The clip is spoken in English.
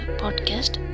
podcast